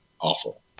awful